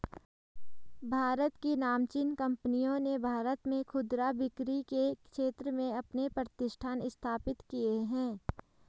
भारत की नामचीन कंपनियों ने भारत में खुदरा बिक्री के क्षेत्र में अपने प्रतिष्ठान स्थापित किए हैं